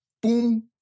Boom